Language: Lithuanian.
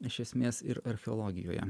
iš esmės ir archeologijoje